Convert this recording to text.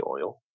oil